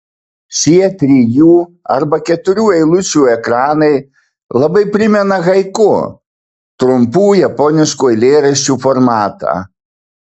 šie trijų arba keturių eilučių ekranai labai primena haiku trumpų japoniškų eilėraščių formatą